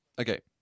okay